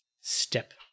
Step